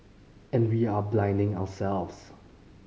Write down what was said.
and we are blinding ourselves